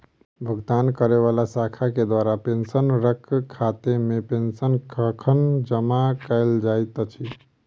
भुगतान करै वला शाखा केँ द्वारा पेंशनरक खातामे पेंशन कखन जमा कैल जाइत अछि